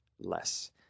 less